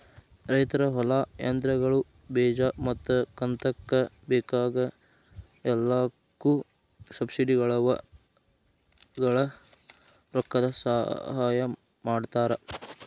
ರೈತರ ಹೊಲಾ, ಯಂತ್ರಗಳು, ಬೇಜಾ ಮತ್ತ ಕಂತಕ್ಕ ಬೇಕಾಗ ಎಲ್ಲಾಕು ಸಬ್ಸಿಡಿವಳಗ ರೊಕ್ಕದ ಸಹಾಯ ಮಾಡತಾರ